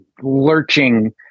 lurching